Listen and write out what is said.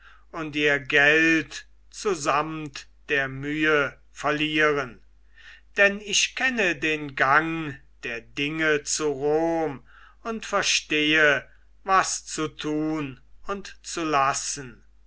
und ihr geld zusamt der mühe verlieren denn ich kenne den gang der dinge zu rom und verstehe was zu tun und zu lassen